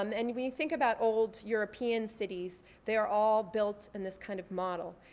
um and we think about old european cities, they're all built in this kind of model.